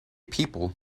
people